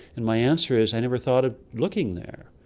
and my answer is, i never thought of looking there.